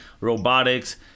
robotics